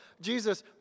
Jesus